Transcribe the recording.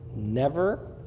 never.